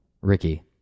Ricky